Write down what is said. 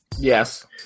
Yes